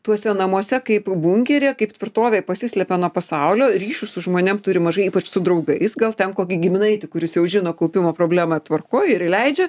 tuose namuose kaip bunkeryje kaip tvirtovėj pasislepia nuo pasaulio ryšių su žmonėm turi mažai ypač su draugais gal ten kokį giminaitį kuris jau žino kaupimo problemą tvarkoj ir įleidžia